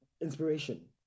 inspiration